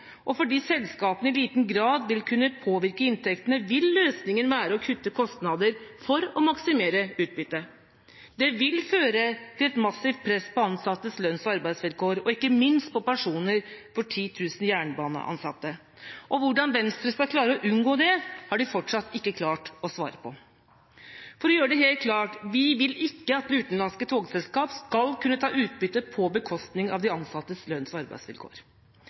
og fordi selskapene i liten grad vil kunne påvirke inntektene, vil løsningen være å kutte kostnader for å maksimere utbyttet. Det vil føre til et massivt press på ansattes lønns- og arbeidsvilkår, og ikke minst på pensjonen for 10 000 jernbaneansatte. Hvordan Venstre skal klare å unngå det, har de fortsatt ikke klart å svare på. For å gjøre det helt klart: Vi vil ikke at utenlandske togselskap skal kunne ta utbytte på bekostning av de ansattes lønns- og arbeidsvilkår.